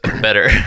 better